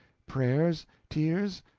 prayers, tears,